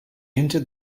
entered